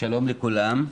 שלום לכולם.